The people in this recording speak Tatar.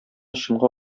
чынга